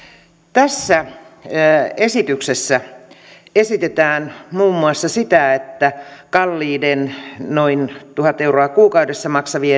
tässä esityksessä esitetään muun muassa sitä että kalliita noin tuhat euroa kuukaudessa maksavia